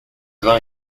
vin